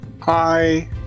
Hi